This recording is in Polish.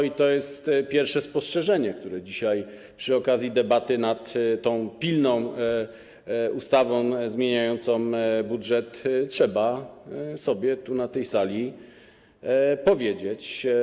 I to jest pierwsze spostrzeżenie, co dzisiaj przy okazji debaty nad tą pilną ustawą zmieniającą budżet trzeba sobie na tej sali powiedzieć.